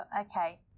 Okay